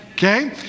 Okay